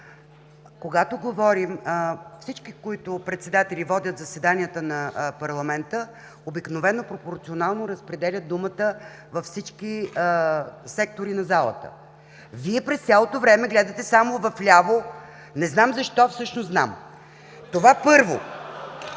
е категорична! Всички председатели, които водят заседанията на парламента, обикновено пропорционално разпределят думата във всички сектори на залата. Вие през цялото време гледате само вляво. Не знам защо? Всъщност знам! Това, първо.